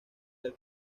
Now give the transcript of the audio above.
del